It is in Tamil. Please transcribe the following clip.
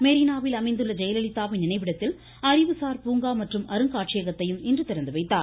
மெரினாவில் அமைந்துள்ள ஜெயலலிதாவின் நினைவிடத்தில் அறிவுசார் பூங்கா மற்றும் அருங்காட்சியகத்தை இன்று திறந்துவைத்தார்